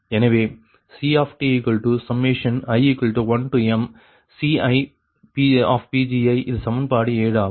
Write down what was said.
எனவே CTi1mCi இது சமன்பாடு 7 ஆகும்